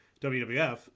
WWF